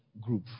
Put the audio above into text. group